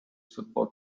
football